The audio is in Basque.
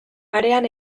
parean